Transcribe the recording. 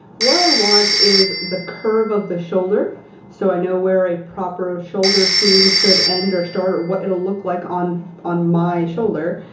what i want is the curve of the shoulder so i know where a proper ah shoulder seam should end or start or what it'll look like on on my shoulder.